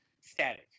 static